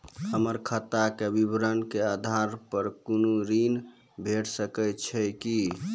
हमर खाता के विवरण के आधार प कुनू ऋण भेट सकै छै की?